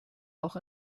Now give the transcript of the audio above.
auch